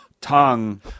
tongue